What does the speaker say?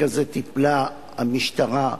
בתיק הזה טיפלה המשטרה,